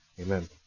Amen